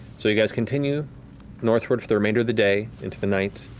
so you guys continue northward, for the remainder of the day, into the night,